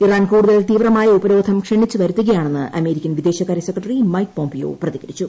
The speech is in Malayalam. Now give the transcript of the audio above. ഇറാൻ കൂടുതൽ തീവ്രമായ ഉപരോധം ക്ഷണിച്ചുവരുത്തുകയാണെന്ന് അമേരിക്കൻ വിദേശകാര്യ സെക്രട്ടറി മൈക് പോംപിയോ പ്രതികരിച്ചു